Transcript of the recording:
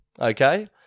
okay